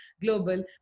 global